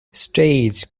stage